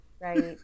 right